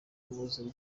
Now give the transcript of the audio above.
mwuzure